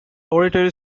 oratory